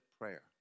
prayer